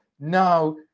Now